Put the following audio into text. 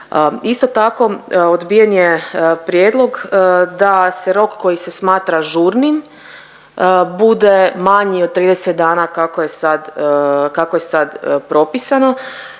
Isto tako, odbijen je prijedlog da se rok koji se smatra žurnim bude manji od 30 dana kako je sad propisano,